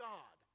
God